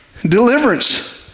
deliverance